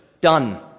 Done